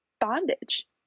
bondage